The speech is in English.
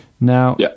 Now